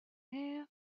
have